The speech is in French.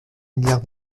milliard